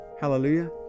Hallelujah